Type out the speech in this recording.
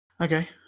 Okay